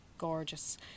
gorgeous